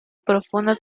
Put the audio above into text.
profunda